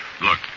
Look